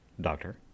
doctor